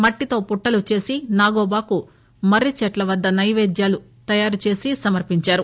మట్టితో పుట్టలు చేసి నాగోబా కు మర్రి చెట్ల వద్ద నైపేద్యాలు తయారు చేసి సమర్పించారు